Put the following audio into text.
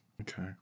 Okay